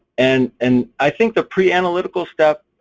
and and i think the pre analytical step,